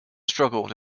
struggled